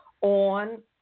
on